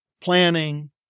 planning